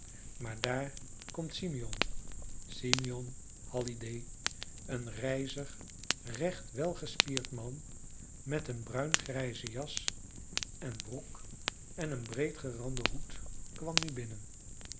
maar daar komt simeon simeon halliday een rijzig recht welgespierd man met een bruingrijze jas en broek en een breedgeranden hoed kwam nu binnen